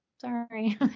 sorry